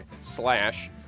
slash